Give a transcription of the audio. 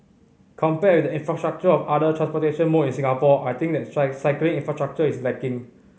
compared in the infrastructure of other transportation mode in Singapore I think the cycling infrastructure is lacking